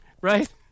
Right